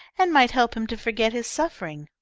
and might help him to forget his suffering.